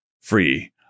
free